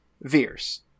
veers